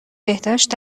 بهداشت